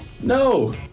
No